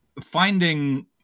Finding